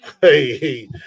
hey